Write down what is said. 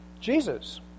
Jesus